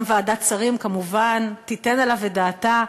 גם ועדת שרים כמובן תיתן עליו את דעתה,